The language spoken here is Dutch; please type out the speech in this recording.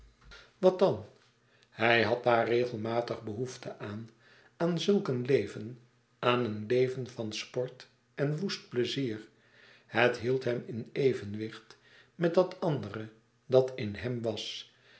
wat dan hij had daar regelmatig behoefte aan aan zulk een leven aan een leven van sport en woest plezier het hield hem in evenwicht met dat andere dat in hem was